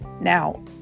now